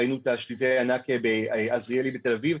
ראינו את שלטי הענק בעזריאלי בתל אביב,